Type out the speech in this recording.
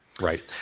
Right